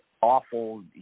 awful